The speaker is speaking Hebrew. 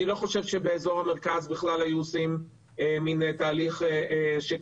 אני לא חושב שבאזור המרכז בכלל היו עושים מן תהליך שכזה.